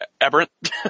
aberrant